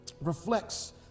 reflects